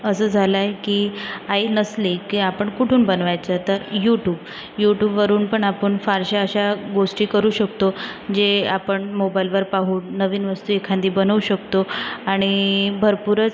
असं झालंय की आई नसली की आपण कुठून बनवायचं तर यूटूब यूटूबवरून पण आपण फारशा अशा गोष्टी करू शकतो जे आपण मोबाईलवर पाहून नवीन वस्तू एखादी बनवू शकतो आणि भरपूरच